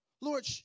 Lord